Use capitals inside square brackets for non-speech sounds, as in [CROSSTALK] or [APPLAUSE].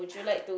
[BREATH]